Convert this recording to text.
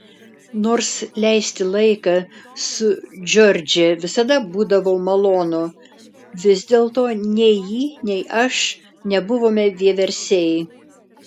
nors leisti laiką su džordže visada būdavo malonu vis dėlto nei ji nei aš nebuvome vieversiai